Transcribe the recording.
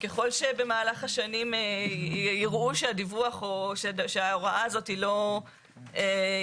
וככל שבמהלך השנים יראו שהדיווח או שההוראה הזאת היא בעייתית,